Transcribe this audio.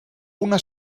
una